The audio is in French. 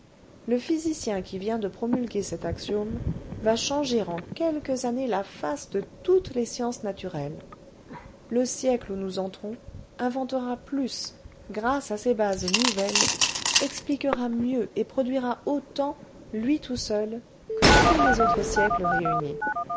le physicien qui vient de promulguer cet axiome va changer en quelques années la face de toutes les sciences naturelles le siècle où nous entrons inventera plus grâce à ces bases nouvelles expliquera mieux et produira autant lui tout seul que tous les autres siècles réunis